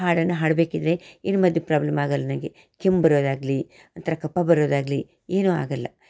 ಹಾಡನ್ನು ಹಾಡಬೇಕಿದ್ರೆ ಏನೂ ಮಧ್ಯೆ ಪ್ರಾಬ್ಲಮ್ ಆಗೋಲ್ಲ ನನಗೆ ಕೆಮ್ಮು ಬರೋದಾಗಲಿ ಒಂಥರ ಕಫ ಬರೋದಾಗಲಿ ಏನೂ ಆಗೋಲ್ಲ